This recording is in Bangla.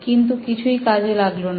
কিন্তু কিছুই কাজে লাগলো না